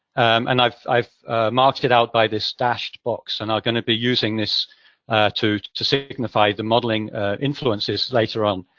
and i've i've marked it out by this stashed box, and i'm ah gonna be using this to to signify the modeling influences, later on.